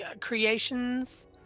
creations